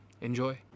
Enjoy